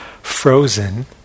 frozen